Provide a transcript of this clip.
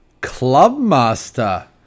Clubmaster